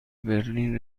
برلین